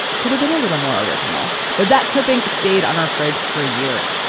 could've been a little more original, but that clipping stayed on our friend for years.